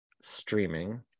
streaming